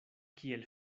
kiel